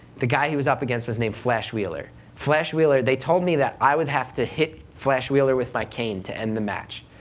the guy he was up against was named flash wheeler. flash wheeler, they told me that i would have to hit flash wheeler with my cane to end the match,